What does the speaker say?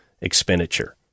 Expenditure